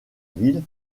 ville